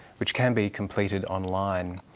which can be completed online.